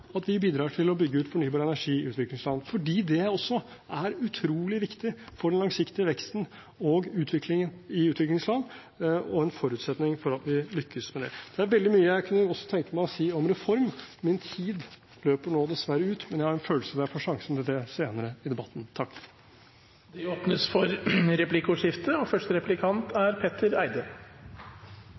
at vi bidrar til å bygge ut fornybar energi i utviklingsland, fordi det også er utrolig viktig for den langsiktige veksten og utviklingen i utviklingsland og en forutsetning for at vi lykkes med det. Det er veldig mye jeg også kunne tenke meg å si om reform. Min tid løper nå dessverre ut, men jeg har en følelse av at jeg får sjansen senere i debatten. Det blir replikkordskifte. Jeg har lyst til å ta opp forholdet mellom næringslivssatsing og